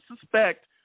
suspect